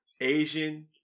Asian